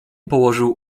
położył